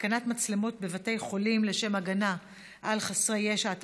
(התקנת מצלמות בבתי חולים לשם הגנה על חסרי ישע),